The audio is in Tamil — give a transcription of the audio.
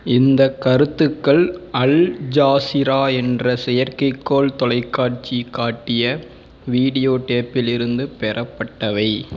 இந்தக் கருத்துக்கள் அல் ஜாஸிரா என்ற செயற்கைக்கோள் தொலைக்காட்சி காட்டிய வீடியோ டேப்பிலிருந்து பெறப்பட்டவை